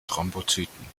thrombozyten